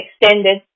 extended